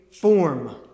form